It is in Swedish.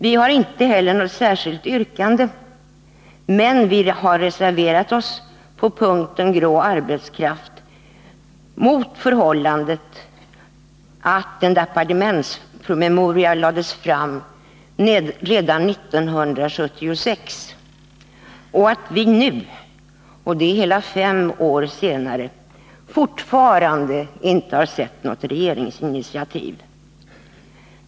Vi har inte heller något särskilt yrkande, men vi har reserverat oss på punkten grå arbetskraft mot förhållandet att en departementspromemoria lades fram redan 1976 och att vi nu — och det är hela fem år senare — fortfarande inte har sett till något regeringsinitiativ.